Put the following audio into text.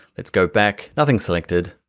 let's go back, nothing selected.